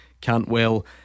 Cantwell